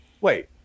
wait